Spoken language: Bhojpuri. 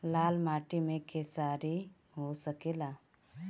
लाल माटी मे खेसारी हो सकेला?